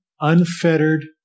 unfettered